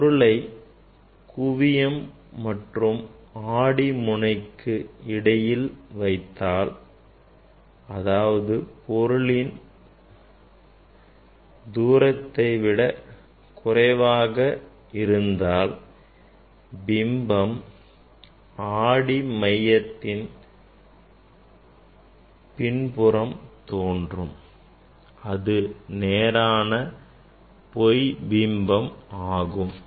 பொருளை குவியம் மற்றும் ஆடி முனைக்கு இடையில் வைத்தாள் அதாவது பொருளின் தூரம் குவிய தூரத்தை விட குறைவாக இருந்தால் பிம்பம் ஆடியின் பின்புறம் தோன்றும் அது நேரான பொய் பிம்பம் ஆகும்